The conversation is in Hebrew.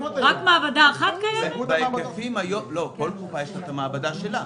לא, לכל קופה יש את המעבדה שלה.